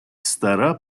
стара